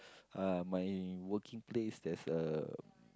uh my working place there's a